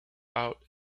out